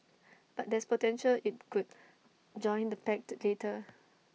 but there's potential IT could join the pact later